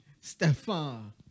Stefan